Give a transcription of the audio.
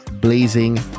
blazing